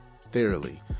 thoroughly